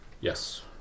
Yes